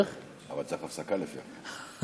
אבל צריך הפסקה לפעמים.